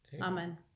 amen